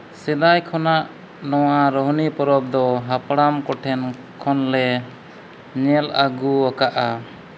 ᱥᱮᱫᱟᱭ ᱠᱷᱚᱱᱟᱜ ᱱᱚᱣᱟ ᱨᱳᱦᱱᱤ ᱯᱚᱨᱚᱵᱽ ᱫᱚ ᱦᱟᱯᱲᱟᱢ ᱠᱚᱴᱷᱮᱱ ᱠᱷᱚᱱᱞᱮ ᱧᱮᱞ ᱟᱹᱜᱩ ᱟᱠᱟᱫᱟ